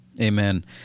Amen